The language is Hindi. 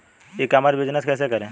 ई कॉमर्स बिजनेस कैसे करें?